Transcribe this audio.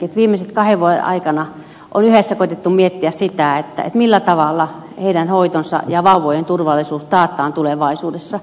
viimeisen kahden vuoden aikana on yhdessä koetettu miettiä sitä millä tavalla heidän hoitonsa ja vauvojen turvallisuus taataan tulevaisuudessa